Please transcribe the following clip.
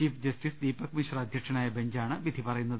chief justice Deepak Misra അധ്യക്ഷനായ ബഞ്ചാണ് വിധി പറയുന്നത്